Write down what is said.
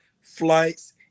flights